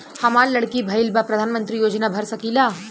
हमार लड़की भईल बा प्रधानमंत्री योजना भर सकीला?